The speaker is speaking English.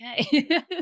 okay